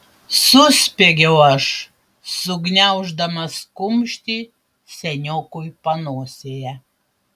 suspiegiau aš sugniauždamas kumštį seniokui panosėje